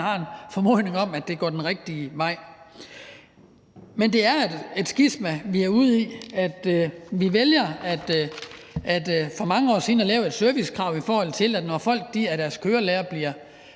har en formodning om, at det går den rigtige vej. Men det er et skisma, vi er ude i. Vi valgte for mange år siden at lave et servicekrav, nemlig at man, i forbindelse med at folk af deres kørelærer bliver